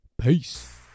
Peace